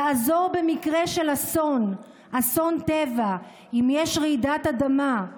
לעזור במקרה של אסון, אסון טבע, אם יש רעידת אדמה,